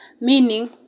meaning